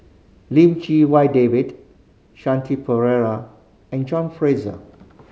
Lim Chee Wai David Shanti Pereira and John Fraser